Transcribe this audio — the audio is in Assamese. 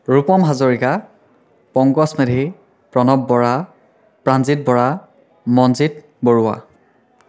ৰূপম হাজৰিকা পংকজ মেধি প্ৰণৱ বৰা প্ৰাণজিত বৰা মনজিত বৰুৱা